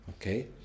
Okay